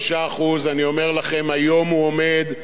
היום הוא עומד על 3.8%,